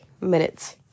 minutes